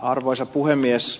arvoisa puhemies